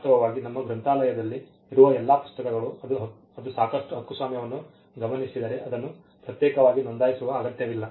ವಾಸ್ತವವಾಗಿ ನಮ್ಮ ಗ್ರಂಥಾಲಯದಲ್ಲಿ ಇರುವ ಎಲ್ಲಾ ಪುಸ್ತಕಗಳು ಅದು ಸಾಕಷ್ಟು ಹಕ್ಕುಸ್ವಾಮ್ಯವನ್ನು ಗಮನಿಸಿದರೆ ಅದನ್ನು ಪ್ರತ್ಯೇಕವಾಗಿ ನೋಂದಾಯಿಸುವ ಅಗತ್ಯವಿಲ್ಲ